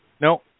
No